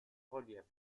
relief